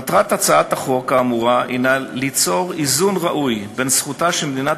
מטרת הצעת החוק האמורה היא ליצור איזון ראוי בין זכותה של מדינת